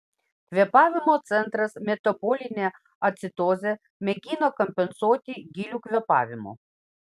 kvėpavimo centras metabolinę acidozę mėgina kompensuoti giliu kvėpavimu